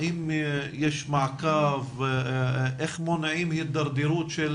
האם יש מעקב, איך מונעים הידרדרות של